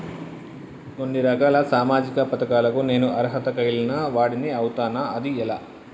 కొన్ని రకాల సామాజిక పథకాలకు నేను అర్హత కలిగిన వాడిని అవుతానా? అది ఎలా?